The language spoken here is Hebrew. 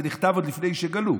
זה נכתב עוד לפני שגלו.